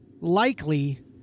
likely